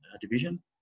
division